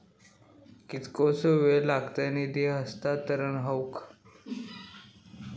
कितकोसो वेळ लागत निधी हस्तांतरण हौक?